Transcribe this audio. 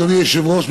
אדוני היושב-ראש,